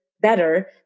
better